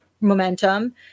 momentum